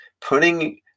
putting